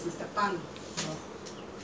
that [one] was another friend called mister goh